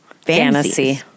fantasy